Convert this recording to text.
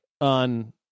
on